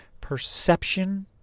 perception